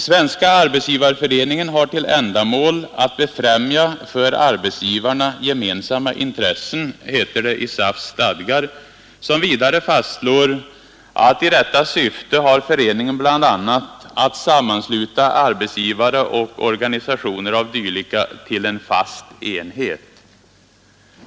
”Svenska arbetsgivareföreningen har till ändamål att befrämja för arbetsgivarna gemensamma intressen”, heter det i SAF:s stadgar, som vidare fastslår att i detta syfte har föreningen bl.a. att ”sammansluta arbetsgivare och organisationer av dylika till en fast enhet”.